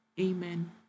amen